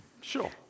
Sure